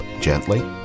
gently